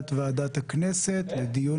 הקמת ועדות קבועות חדשות בכנסת ה-24 דיון